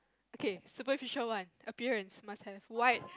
okay superficial on appearance must have why